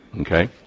Okay